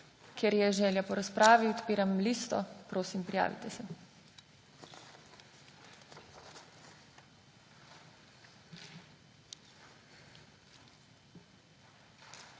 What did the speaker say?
Ker je želja po razpravi, odpiram listo za prijave. Prosim, prijavite se.